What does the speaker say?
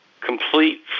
Complete